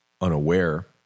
unaware